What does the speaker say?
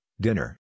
dinner